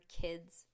kids